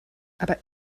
aber